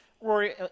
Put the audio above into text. Rory